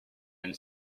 and